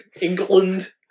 England